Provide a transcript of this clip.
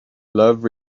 love